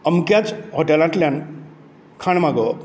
अमक्याच हाॅटेलांतल्यान खाण मागोवप